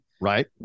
right